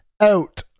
Out